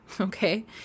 okay